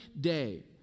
day